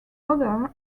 other